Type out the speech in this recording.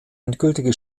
endgültige